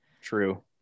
True